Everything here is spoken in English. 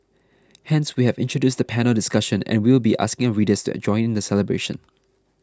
hence we have introduced the panel discussion and will be asking our readers to join in the celebration